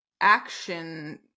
action